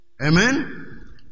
Amen